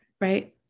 Right